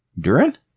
Durin